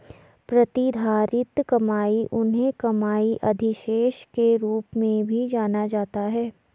प्रतिधारित कमाई उन्हें कमाई अधिशेष के रूप में भी जाना जाता है